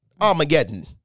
Armageddon